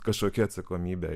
kažkokia atsakomybė